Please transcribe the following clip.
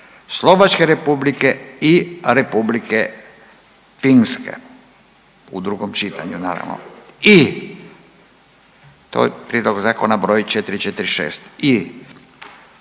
Slovačke Republike i Republike Finske u drugom čitanju naravno i to je P.Z. br. 446 i